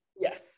Yes